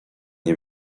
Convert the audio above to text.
nie